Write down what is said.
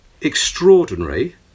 extraordinary